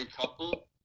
couple